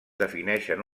defineixen